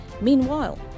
Meanwhile